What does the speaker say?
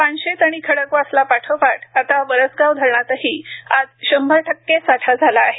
पानशेत आणि खडकवासला पाठोपाठ आता वरसगाव धरणातही आज शंभर टक्के साठा झाला आहे